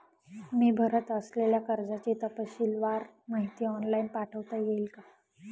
मी भरत असलेल्या कर्जाची तपशीलवार माहिती ऑनलाइन पाठवता येईल का?